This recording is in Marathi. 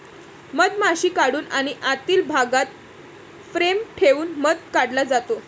मधमाशी काढून आणि आतील भागात फ्रेम ठेवून मध काढला जातो